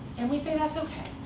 and we say, that's ok.